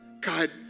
God